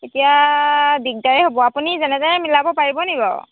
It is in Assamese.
এতিয়া দিগদাৰেই হ'ব আপুনি যেনে তেনে মিলাব পাৰিব নেকি বাৰু